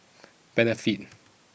Benefit